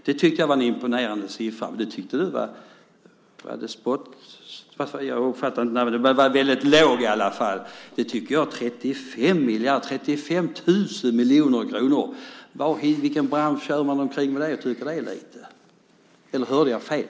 Det tycker jag var en imponerande siffra. Men det tyckte du var en låg siffra. 35 miljarder! 35 tusen miljoner kronor! I vilken bransch tycker man att det är lite? Eller hörde jag fel?